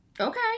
Okay